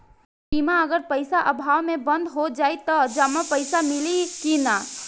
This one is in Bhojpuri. बीमा अगर पइसा अभाव में बंद हो जाई त जमा पइसा मिली कि न?